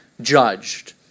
judged